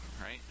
right